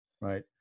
right